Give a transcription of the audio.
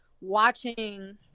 watching